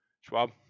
Schwab